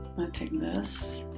take this.